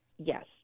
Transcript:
Yes